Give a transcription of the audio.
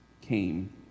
came